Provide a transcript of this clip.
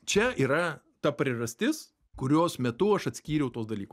čia yra ta priežastis kurios metu aš atskyriau tuos dalykus